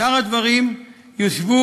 שאר הדברים יושבו